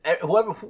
whoever